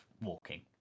walking